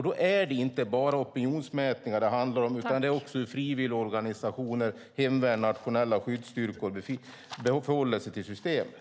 Det är inte bara opinionsmätningar det handlar om, utan det är också hur frivilligorganisationer, hemvärnet och nationella skyddsstyrkor förhåller sig till systemet.